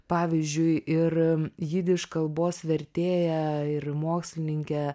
pavyzdžiui ir jidiš kalbos vertėja ir mokslininkė